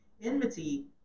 enmity